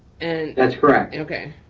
that's correct. okay,